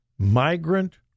Migrant